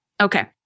Okay